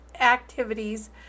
activities